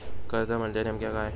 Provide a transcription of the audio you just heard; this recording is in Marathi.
कर्ज म्हणजे नेमक्या काय?